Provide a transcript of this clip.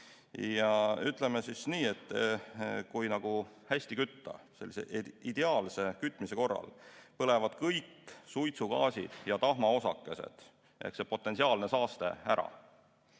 Ja ütleme nii, et kui hästi kütta, sellise ideaalse kütmise korral põlevad kõik suitsugaasid ja tahmaosakesed ehk see potentsiaalne saaste ära,